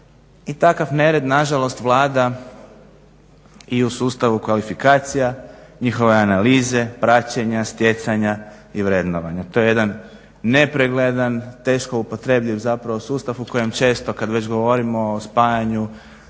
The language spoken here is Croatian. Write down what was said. i takav nered nažalost Vlada i u sustavu kvalifikacija, njihove analize, praćenja, stjecanja i vrednovanja. To je jedan nepregledan, teško upotrebljiv zapravo sustav u kojem često kad već govorimo o spajanju